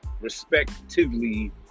respectively